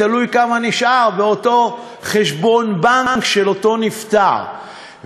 תלוי כמה נשאר באותו חשבון בנק של אותו נפטר.